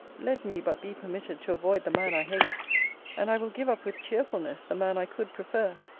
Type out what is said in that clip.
let me but be permitted to avoid the man i hate and i will give up with cheerfulness the man i could prefer.